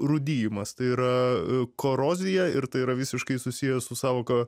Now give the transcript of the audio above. rūdijimas tai yra korozija ir tai yra visiškai susiję su sąvoka